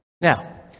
now